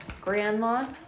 Grandma